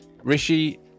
Rishi